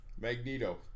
Magneto